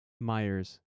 Myers